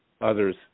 others